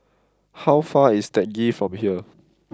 how far is Teck Ghee from here